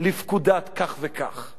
לפקודת כך וכך";